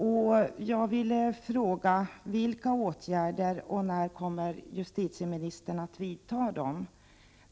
Jag vill därför fråga vilka dessa åtgärder är och när justitieministern kommer att vidta dem.